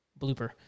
blooper